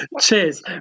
Cheers